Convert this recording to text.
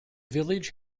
village